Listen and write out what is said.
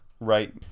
right